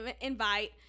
invite